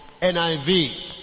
NIV